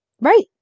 Right